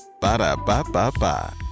Ba-da-ba-ba-ba